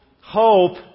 hope